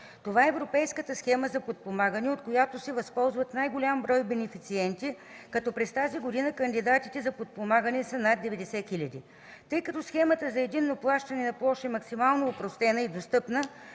Това е европейската схема за подпомагане, от която се възползват най-голям брой бенефициенти, като през тази година кандидатите за подпомагане са над 90 хиляди. Тъй като Схемата за единно плащане на площ е максимално опростена и достъпна,